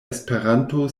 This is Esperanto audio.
esperanto